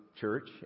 Church